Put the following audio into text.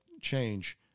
change